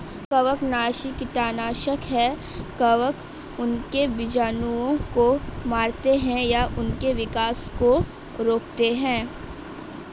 कवकनाशी कीटनाशक है कवक उनके बीजाणुओं को मारते है या उनके विकास को रोकते है